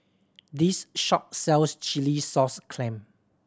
this shop sells chilli sauce clam